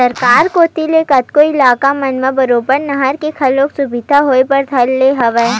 सरकार कोती ले कतको इलाका मन म बरोबर नहर के घलो सुबिधा होय बर धर ले हवय